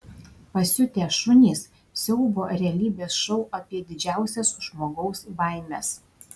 pasiutę šunys siaubo realybės šou apie didžiausias žmogaus baimes